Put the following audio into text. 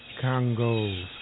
Congo